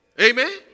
Amen